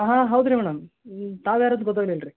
ಹಾಂ ಹೌದು ರೀ ಮೇಡಮ್ ತಾವು ಯಾರು ಅಂತ ಗೊತ್ತಾಗ್ಲಿಲ್ಲ ರೀ